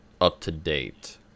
up-to-date